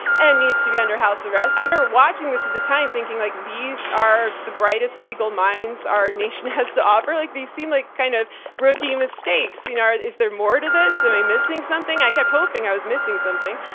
and needs to be under house arrest. i remember watching this at the time thinking like, these are the brightest legal minds our nation has to offer? like these seem like kind of rookie mistakes, you know, is there more to this? am i missing something? i kept hoping i was missing something.